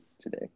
today